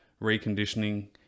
reconditioning